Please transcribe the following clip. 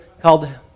called